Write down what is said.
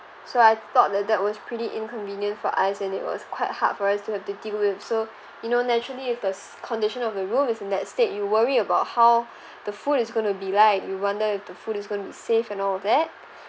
so I thought that that was pretty inconvenient for us and it was quite hard for us to have to deal with so you know naturally if the s~ condition of the room is in that state you worry about how the food is going to be like you wonder if the food is going to be safe and all that